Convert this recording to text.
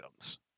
items